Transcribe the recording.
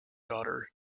daughter